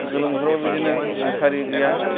गोलोम बोथोरावबो बिदिनो मुसारि गैया